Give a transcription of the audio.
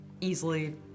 easily